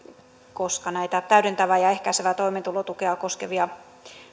koska näitä täydentävää ja ehkäisevää toimeentulotukea koskevia